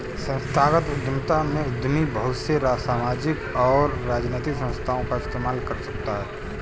संस्थागत उद्यमिता में उद्यमी बहुत से सामाजिक और राजनैतिक संस्थाओं का इस्तेमाल कर सकता है